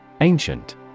Ancient